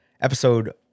episode